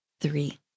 Three